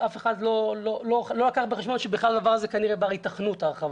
ואף אחד לא לקח בחשבון שההרחבה הזאת היא ברת היתכנות.